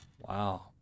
Wow